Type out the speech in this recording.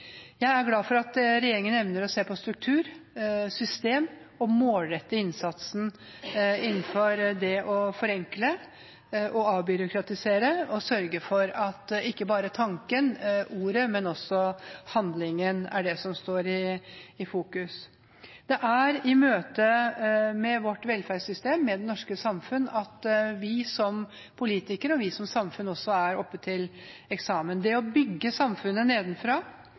Jeg er glad for at regjeringen evner å se på struktur, system, å målrette innsatsen innenfor det å forenkle, avbyråkratisere og sørge for at ikke bare tanken, ordet, men også handlingen er det som står i fokus. Det er i møtet med vårt velferdssystem, med det norske samfunn, at vi som politikere, vi som samfunn, er oppe til eksamen. Det å bygge samfunnet nedenfra,